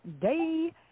Day